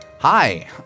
Hi